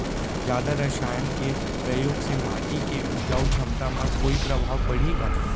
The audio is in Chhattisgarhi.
जादा रसायन के प्रयोग से माटी के उपजाऊ क्षमता म कोई प्रभाव पड़ही का?